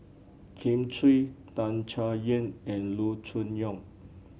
Kin Chui Tan Chay Yan and Loo Choon Yong